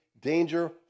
danger